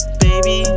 baby